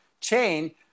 chain